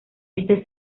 este